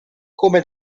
come